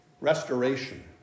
restoration